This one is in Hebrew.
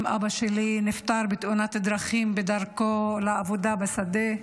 אבא שלי נפטר בתאונת דרכים בדרכו לעבודה בשדה.